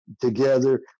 together